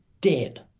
dead